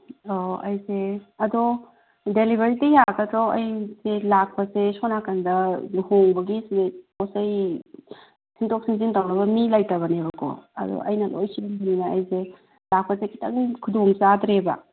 ꯑꯣ ꯑꯩꯁꯦ ꯑꯗꯣ ꯗꯦꯂꯤꯚꯔꯤ ꯌꯥꯒꯗ꯭ꯔꯣ ꯑꯩꯁꯤ ꯂꯥꯛꯄꯁꯤ ꯁꯣꯝ ꯅꯥꯀꯟꯗ ꯂꯨꯍꯣꯡꯕꯒꯤꯁꯦ ꯄꯣꯠ ꯆꯩ ꯁꯤꯟꯗꯣꯛ ꯁꯤꯟꯖꯤꯟ ꯇꯧꯅꯕ ꯃꯤ ꯂꯩꯇꯕꯅꯦꯕꯀꯣ ꯑꯗꯣ ꯑꯩꯅ ꯂꯣꯏꯅ ꯁꯤꯟꯒꯗꯣꯏꯅꯤꯅꯦ ꯑꯩꯁꯦ ꯂꯥꯛꯄꯁꯦ ꯈꯤꯇꯪ ꯈꯨꯗꯣꯡ ꯆꯥꯗ꯭ꯔꯦꯕ